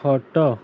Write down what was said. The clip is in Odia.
ଖଟ